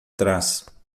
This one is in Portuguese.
trás